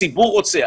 הציבור רוצה.